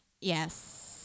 Yes